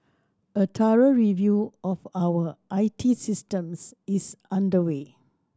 a thorough review of our I T systems is underway